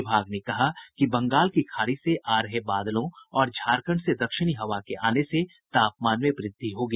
विभाग ने कहा कि बंगाल की खाड़ी से आ रहे बादलों और झारखंड से दक्षिणी हवा के आने से तापमान में व्रद्धि होगी